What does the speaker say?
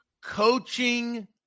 Coaching